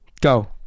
Go